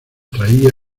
traía